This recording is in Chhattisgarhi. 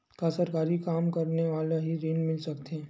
का सरकारी काम करने वाले ल हि ऋण मिल सकथे?